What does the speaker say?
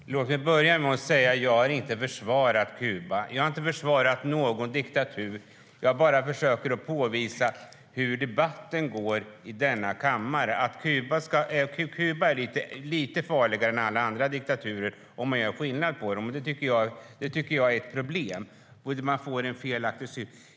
Fru talman! Låt mig börja med att säga att jag inte har försvarat Kuba. Jag har inte försvarat någon diktatur. Jag bara försöker påvisa hur debatten går i denna kammare: Kuba är lite farligare än alla andra diktaturer, om man gör skillnad på dem. Det tycker jag är ett problem. Man får en felaktig syn.